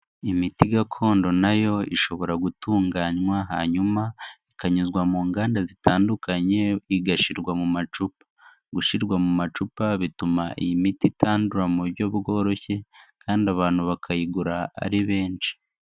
Imiti gakondo nayo ishobora gutunganywa hanyuma ikanyuzwa mu nganda zitandukanye igashyirwa mu macupa. Gushyirwa mu macupa bituma iyi miti itandura mu buryo bworoshye, kandi abantu bakayigura ari benshi.